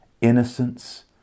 innocence